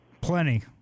Plenty